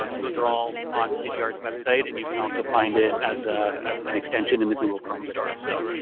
ah and those are all on vidyard's website. and you can also find it as ah an extension in the google chrome store. so,